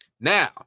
Now